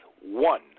one